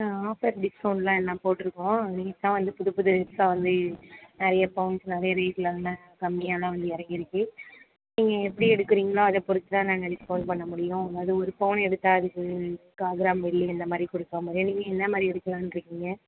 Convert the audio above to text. ஆ offer discount எல்லாம் போட்டுருக்கோம் இன்னைக்கு தான் வந்து புது புதுசாக வந்து நிறைய பவுன்ஸ் நிறைய ரேட் கம்மியாகலாம் வந்து இறங்கிருக்கு நீங்கள் எப்படி எடுக்குறிங்களோ அதை பொறுத்து தான் வந்து நாங்கள் டிஸ்கவுண்ட் பண்ண முடியும் அதுமாதிரி பவுன் எடுத்தால் அதுக்கு முக்காகிராம் வெள்ளி அந்த மாதிரி கொடுப்போம் நீங்கள் எந்த மாதிரி எடுக்கலான்னு இருக்கிங்க